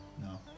No